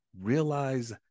realize